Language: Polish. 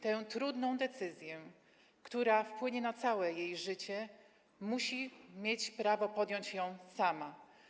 Tę trudną decyzję, która wpłynie na całe jej życie, musi mieć prawo podjąć sama.